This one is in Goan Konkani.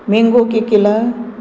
मँगो केक केला